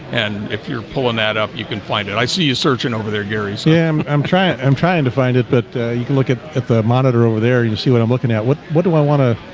and if you're pulling that up. you can find it. i see you searching over there gary's yeah, i'm i'm trying i'm trying to find it, but you can look at at the monitor over there you can see what i'm looking at what what do i want to?